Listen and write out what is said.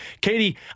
Katie